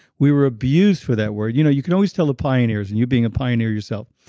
we were abused for that word. you know you can always tell the pioneers, and you being a pioneer yourself.